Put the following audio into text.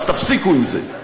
אז תפסיקו עם זה.